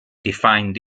defined